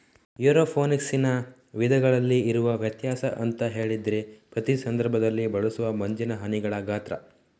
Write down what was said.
ಏರೋಫೋನಿಕ್ಸಿನ ವಿಧಗಳಲ್ಲಿ ಇರುವ ವ್ಯತ್ಯಾಸ ಅಂತ ಹೇಳಿದ್ರೆ ಪ್ರತಿ ಸಂದರ್ಭದಲ್ಲಿ ಬಳಸುವ ಮಂಜಿನ ಹನಿಗಳ ಗಾತ್ರ